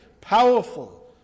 powerful